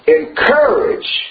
encourage